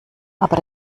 aber